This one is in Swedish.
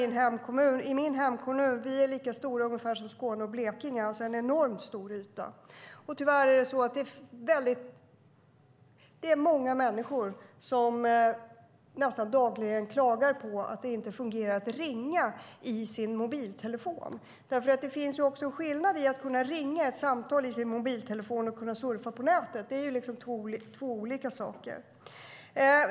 Min hemkommun är ungefär lika stor som Skåne och Blekinge, alltså en enormt stor yta, och tyvärr är det många människor som nästan dagligen klagar på att det inte fungerar att ringa med mobiltelefonen. Det är skillnad på att kunna ringa ett samtal med sin mobiltelefon och kunna surfa på nätet - det är två olika saker.